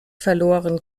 verloren